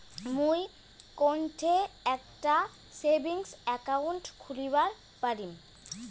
মুই কোনঠে একটা সেভিংস অ্যাকাউন্ট খুলিবার পারিম?